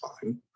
fine